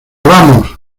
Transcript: vamos